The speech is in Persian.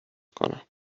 کنم